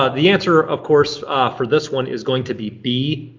ah the answer of course for this one is going to be b.